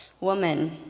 woman